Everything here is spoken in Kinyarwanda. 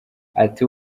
ati